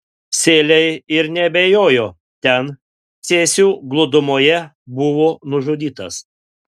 sėliai ir neabejojo ten cėsių glūdumoje buvo nužudytas